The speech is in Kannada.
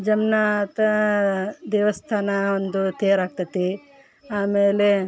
ಜಮ್ನಾತ ದೇವಸ್ಥಾನ ಒಂದು ತೇರು ಆಗ್ತದೆ ಆಮೇಲೆ